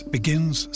Begins